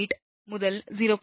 8 முதல் 0